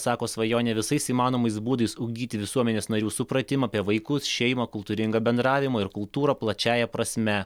sako svajonė visais įmanomais būdais ugdyti visuomenės narių supratimą apie vaikus šeimą kultūringą bendravimą ir kultūrą plačiąja prasme